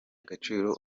agaciro